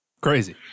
Crazy